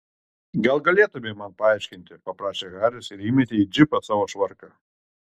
gal galėtumei man paaiškinti paprašė haris ir įmetė į džipą savo švarką